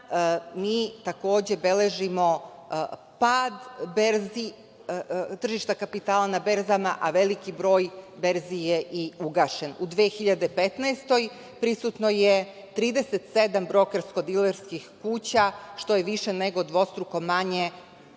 mi takođe beležimo pad berzi, tržišta kapitala na berzama, a veliki broj berzi je i ugašen. U 2015. godini prisutno je 37 brokersko-dilerskih kuća, što je više nego dvostruko manje